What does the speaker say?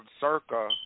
Circa